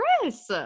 Chris